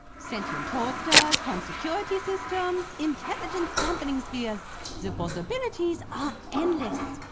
sentient toasters, home security systems, intelligence-dampening spheres. the possibilities are endless!